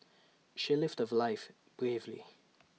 she lived her life bravely